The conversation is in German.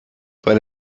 weil